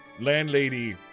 landlady